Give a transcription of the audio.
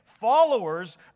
followers